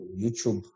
YouTube